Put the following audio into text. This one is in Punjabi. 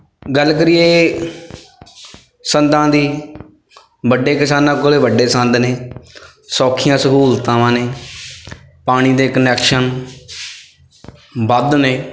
ਗੱਲ ਕਰੀਏ ਸੰਦਾਂ ਦੀ ਵੱਡੇ ਕਿਸਾਨਾਂ ਕੋਲ ਵੱਡੇ ਸੰਦ ਨੇ ਸੌਖੀਆਂ ਸਹੂਲਤਾਵਾਂ ਨੇ ਪਾਣੀ ਦੇ ਕਨੈਕਸ਼ਨ ਵੱਧ ਨੇ